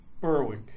Berwick